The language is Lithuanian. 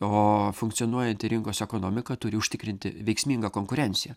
o funkcionuojanti rinkos ekonomika turi užtikrinti veiksmingą konkurenciją